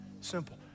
Simple